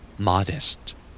Modest